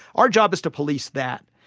our job is to police that.